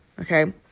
okay